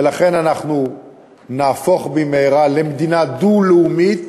ולכן אנחנו נהפוך במהרה למדינה דו-לאומית,